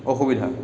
অসুবিধা